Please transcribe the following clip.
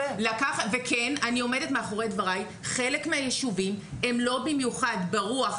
וכן אני עומדת מאחורי דברי שחלק מהיישובים הם לא במיוחד ברוח